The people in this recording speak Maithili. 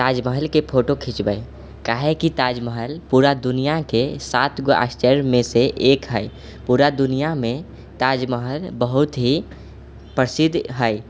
ताजमहलके फोटो खीचबै काहे कि ताजमहल पूरा दुनिआँके सात गो आश्चर्यमे सँ एक हय पूरा दुनिआँमे ताजमहल बहुत ही प्रसिद्ध हय